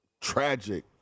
tragic